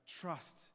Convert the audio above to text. trust